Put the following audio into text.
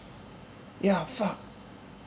ya fuck